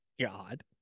God